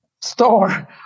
store